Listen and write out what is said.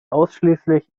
ausschließlich